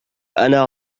أنا